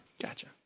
Gotcha